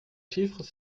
chiffres